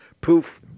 poof